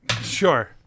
sure